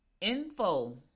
info